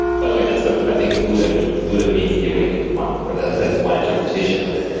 by the way, that's what i think buddha means. buddha means the awakened one, or that that is one interpretation of it.